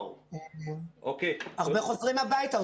הרבה חוזרים הביתה.